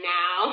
now